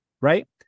right